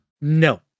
No